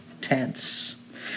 tense